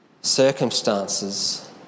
circumstances